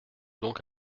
donc